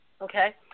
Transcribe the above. Okay